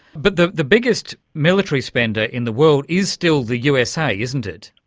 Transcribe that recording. but the the biggest military spender in the world is still the usa, isn't it.